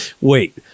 wait